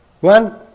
One